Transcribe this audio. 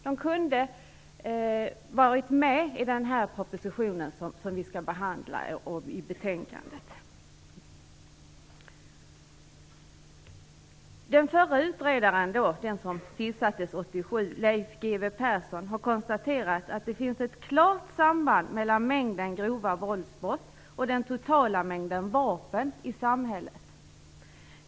De kunde ha varit med i den proposition vi nu skall behandla och i betänkandet. Den förre utredaren Leif G.W. Persson, som tillsattes 1987, har konstaterat att det finns ett klart samband mellan mängden grova våldsbrott och den totala mängden vapen i samhället.